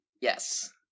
Yes